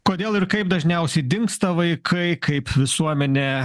kodėl ir kaip dažniausiai dingsta vaikai kaip visuomenė